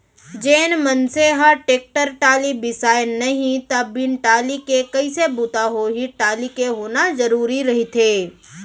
जेन मनसे ह टेक्टर टाली बिसाय नहि त बिन टाली के कइसे बूता होही टाली के होना जरुरी रहिथे